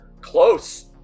Close